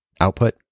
output